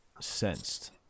sensed